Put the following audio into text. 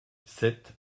sept